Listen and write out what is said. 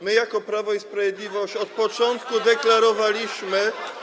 My jako Prawo i Sprawiedliwość od początku deklarowaliśmy.